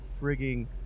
frigging